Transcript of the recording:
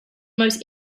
most